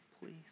please